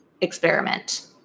experiment